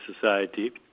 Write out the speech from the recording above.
society